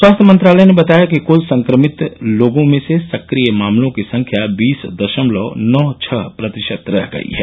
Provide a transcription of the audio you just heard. स्वास्थ्य मंत्रालय ने बताया है कि क्ल संक्रमित लोगों में से सक्रिय मामलों की संख्या बीस दशमलव नौ छह प्रतिशत रह गई है